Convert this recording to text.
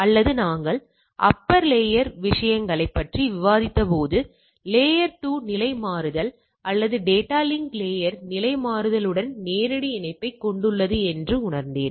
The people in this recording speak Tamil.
அல்லது நாங்கள் அப்பர் லேயர் விஷயங்களைப் பற்றி விவாதித்தபோது லேயர்2 நிலை மாறுதல் அல்லது டேட்டா லிங்க் லேயர் நிலை மாறுதலுடன் நேரடி இணைப்புகளைக் கொண்டுள்ளது என்று உணர்ந்தேன்